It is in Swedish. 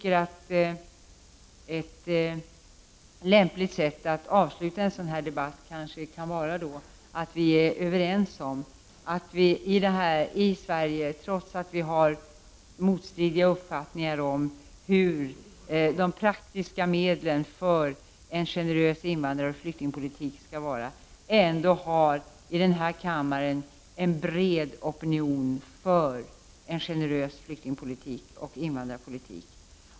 Ett lämpligt sätt att avsluta en sådan här debatt kan vara att enas om att det, trots att vi har motstri 122 diga uppfattningar om hur en generös invandraroch flyktingpolitik prak tiskt skall utformas, ändå i denna kammare finns en bred opinion för en generös flyktingoch invandrarpolitik.